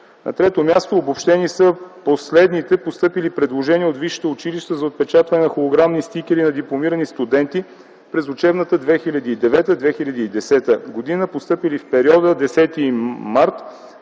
На трето място, обобщени са последните постъпили предложения от висшите училища за отпечатване на холограмни стикери на дипломирани студенти през учебната 2009-2010 г., постъпили в периода 10 март